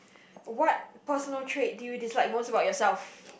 what personal trait do you dislike most about yourself